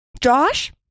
Josh